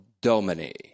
Domini